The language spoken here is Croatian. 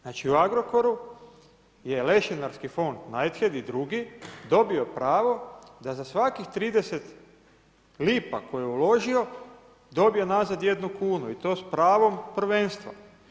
Znači u Agrokoru je lešinarski fond Knighthead i drugi dobio pravo da za svakih 30 lipa koje je uložio dobije nazad 1 kunu i to s pravom prvenstva.